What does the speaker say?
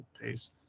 pace